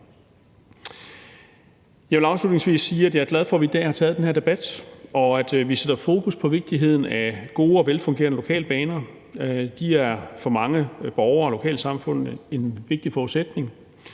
Jeg vil afslutningsvis sige, at jeg er glad for, at vi i dag har taget den her debat, og at vi sætter fokus på vigtigheden af gode og velfungerende lokalbaner. De er for mange borgere og lokalsamfundet en vigtig forudsætning.